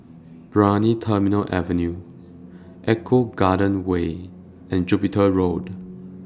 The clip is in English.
Brani Terminal Avenue Eco Garden Way and Jupiter Road